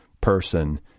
person